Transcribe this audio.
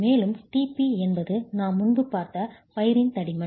மேலும் tp என்பது நாம் முன்பு பார்த்த பைரின் தடிமன்